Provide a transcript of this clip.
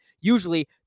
usually